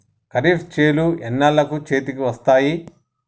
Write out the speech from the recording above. ఖరీఫ్ చేలు ఎన్నాళ్ళకు చేతికి వస్తాయి?